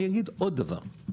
אני אגיד עוד דבר.